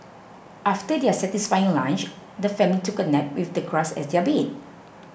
after their satisfying lunch the family took a nap with the grass as their bed